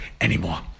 anymore